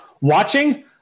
watching